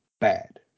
bad